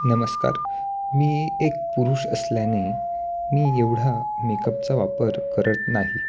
नमस्कार मी एक पुरुष असल्याने मी एवढा मेकअपचा वापर करत नाही